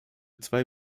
zwei